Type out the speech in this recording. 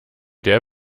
der